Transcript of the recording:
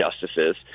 justices